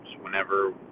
whenever